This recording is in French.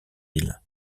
îles